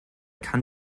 kann